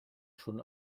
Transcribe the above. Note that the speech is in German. schon